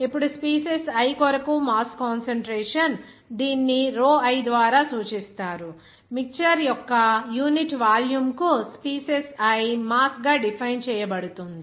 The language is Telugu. ఇప్పుడు స్పీసీస్ i కొరకు మాస్ కాన్సంట్రేషన్ దీనిని i ద్వారా సూచిస్తారు మిక్చర్ యొక్క యూనిట్ వాల్యూమ్కు స్పీసీస్ i మాస్ గా డిఫైన్ చేయబడుతుంది